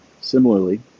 Similarly